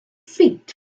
feet